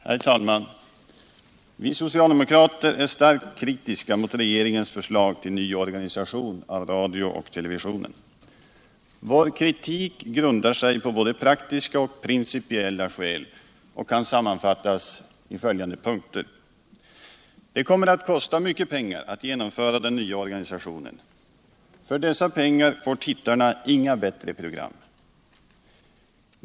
Herr talman! Vi socialdemokrater är starkt kritiska mot regeringens förslag till ny organisation av radion och televisionen. Vår kritik grundar sig på både praktiska och principiella skäl, och den kan sammanfattas på följande sätt. Det kommer att kosta mycket pengar att genomföra den nya organisationen. För dessa pengar får tittarna inga bättre program.